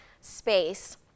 space